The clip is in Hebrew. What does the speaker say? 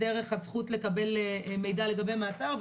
דרך הזכות לקבל מידע לגבי מאסר,